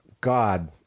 God